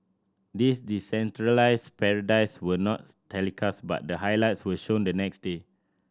these decentralised parades were not telecast but the highlights were shown the next day